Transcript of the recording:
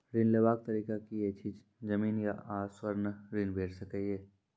ऋण लेवाक तरीका की ऐछि? जमीन आ स्वर्ण ऋण भेट सकै ये?